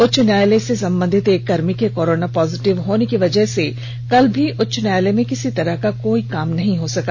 उच्च न्यायालय से संबंधित एक कर्मी के कोरोना पॉजिटिव होने की वजह से कल भी उच्च न्यायालय में किसी तरह का कोई काम नहीं हुआ